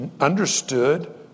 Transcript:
understood